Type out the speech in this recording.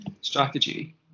strategy